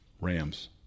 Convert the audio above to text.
Rams